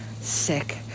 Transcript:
sick